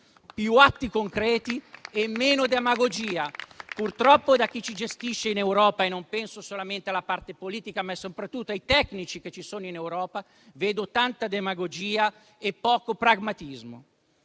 Più atti concreti e meno demagogia: purtroppo, da parte di chi ci gestisce in Europa - e non penso solamente alla parte politica, ma soprattutto ai tecnici che ci sono in Europa - vedo tanta demagogia e poco pragmatismo.